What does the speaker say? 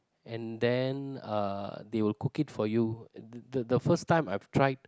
and then uh they will cook it for you the the the first time I've tried